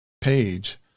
page